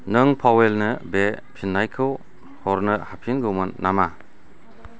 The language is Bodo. नों पावेलनो बे फिन्नायखौ हरनो हाफिनगौमोन नामा